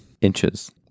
Inches